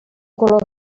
color